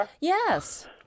Yes